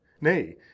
Nay